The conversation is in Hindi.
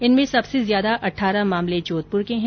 इनमें सबसे ज्यादा अठारह मामले जोधपुर के है